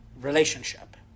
relationship